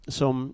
som